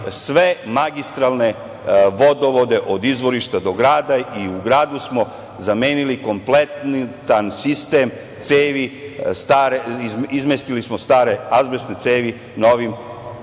sve magistralne vodovode od izvorišta do grada i u gradu smo zamenili kompletan sistem cevi, izmestili smo stare azbestne cevi novim,